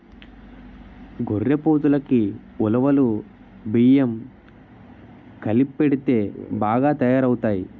గొర్రెపోతులకి ఉలవలు బియ్యం కలిపెడితే బాగా తయారవుతాయి